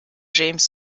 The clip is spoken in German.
james